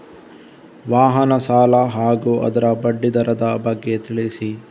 ವಾಹನ ಸಾಲ ಹಾಗೂ ಅದರ ಬಡ್ಡಿ ದರದ ಬಗ್ಗೆ ತಿಳಿಸಿ?